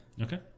Okay